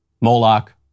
Moloch